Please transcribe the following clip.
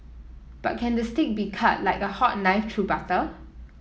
but can the steak be cut like a hot knife through butter